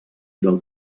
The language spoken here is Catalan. del